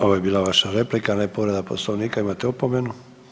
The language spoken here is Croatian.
Ovo je bila vaša replika ne povreda Poslovnika, imate opomenu.